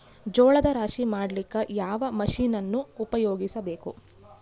ಜೋಳದ ರಾಶಿ ಮಾಡ್ಲಿಕ್ಕ ಯಾವ ಮಷೀನನ್ನು ಉಪಯೋಗಿಸಬೇಕು?